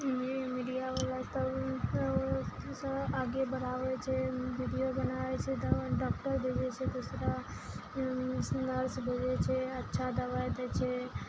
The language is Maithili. मीडिया वाला तऽ आगे बढ़ाबै छै वीडियो बनाबै छै डॉक्टर भेजै छै दोसरा नर्स भेजै छै अच्छा दबाइ दै छै